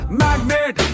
magnet